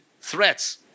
threats